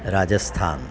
Rajasthan